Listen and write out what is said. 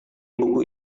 buku